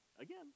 again